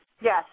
Yes